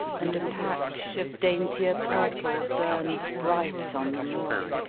and a patch of daintier purple burned bright on the moor,